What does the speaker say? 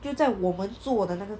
就在我们坐的那个